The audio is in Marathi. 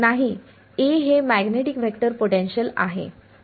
नाही A हे मॅग्नेटिक वेक्टर पोटेन्शियल आहे